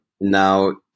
Now